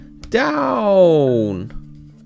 Down